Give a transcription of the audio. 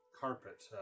carpet